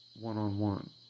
one-on-one